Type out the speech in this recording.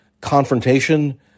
confrontation